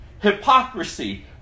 hypocrisy